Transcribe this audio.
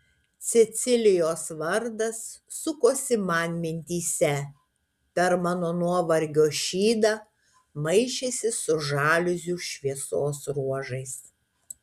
cecilijos vardas sukosi man mintyse per mano nuovargio šydą maišėsi su žaliuzių šviesos ruožais